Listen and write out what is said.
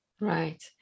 Right